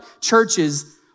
churches